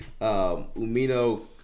Umino